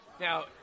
now